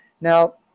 Now